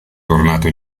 tornato